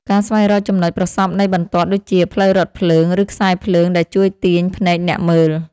ការស្វែងរកចំណុចប្រសព្វនៃបន្ទាត់ ដូចជា ផ្លូវរថភ្លើង ឬខ្សែភ្លើងដែលជួយទាញភ្នែកអ្នកមើល។